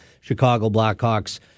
Chicago-Blackhawks